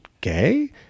gay